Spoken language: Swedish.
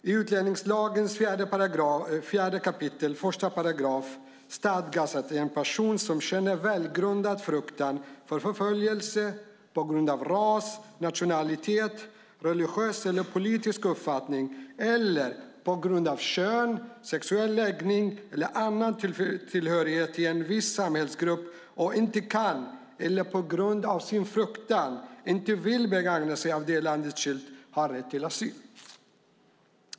I 4 kap. 1 § utlänningslagen stadgas att en person som känner välgrundad fruktan för förföljelse på grund av ras, nationalitet, religiös eller politisk uppfattning eller på grund av kön, sexuell läggning eller annan tillhörighet till en viss samhällsgrupp, och inte kan, eller på grund av sin fruktan inte vill, begagna sig av detta lands skydd har rätt till asyl.